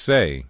Say